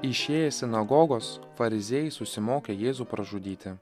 išėję sinagogos fariziejai susimokė jėzų pražudyti